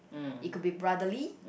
it could be brotherly